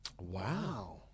Wow